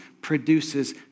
produces